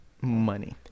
Money